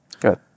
Good